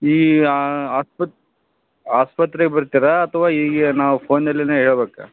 ಈಗ ಆಸ್ಪತ್ ಆಸ್ಪತ್ರೆಗೆ ಬರ್ತೀರಾ ಅಥವಾ ಹೀಗೆ ನಾವು ಫೋನಲ್ಲಿನೆ ಹೇಳ್ಬೇಕಾ